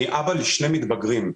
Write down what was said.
אני אבא לשני מתבגרים.